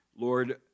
lord